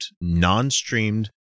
non-streamed